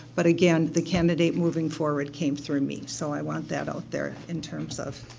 but again, the candidate moving forward came through me. so i want that out there in terms of